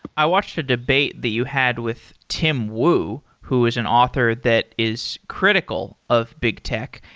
i watched a debate the you had with tim wu, who is an author that is critical of big tech.